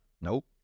Nope